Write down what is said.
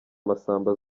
masamba